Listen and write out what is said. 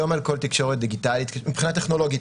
היום על כל תקשורת דיגיטלית מבחינה טכנולוגית,